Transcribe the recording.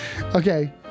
Okay